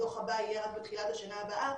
הדוח הבא יהיה רק בתחילת השנה הבאה,